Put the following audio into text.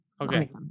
Okay